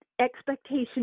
expectation